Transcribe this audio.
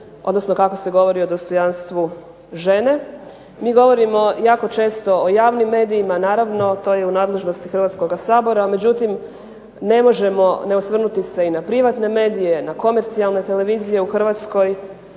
odnosno kako se govori o dostojanstvu žene. Mi govorimo jako često o javnim medijima, naravno to je u nadležnosti Hrvatskog sabora, međutim ne možemo ne osvrnuti se i na privatne medije, na komercijalne televizije u Hrvatskoj